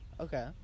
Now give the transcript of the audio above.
Okay